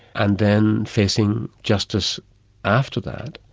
and then facing justice after that.